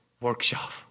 workshop